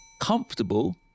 comfortable